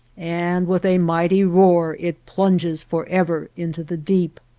and with a mighty roar it plunges forever into the deep.